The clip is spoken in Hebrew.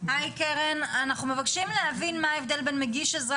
אנחנו מבקשים להבין מה ההבדל בין מגיש עזרה